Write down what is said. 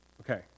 Okay